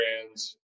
brands